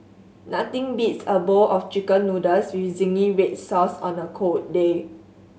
nothing beats a bowl of Chicken Noodles with zingy red sauce on a cold day